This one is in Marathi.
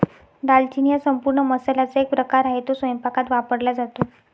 दालचिनी हा संपूर्ण मसाल्याचा एक प्रकार आहे, तो स्वयंपाकात वापरला जातो